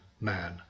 man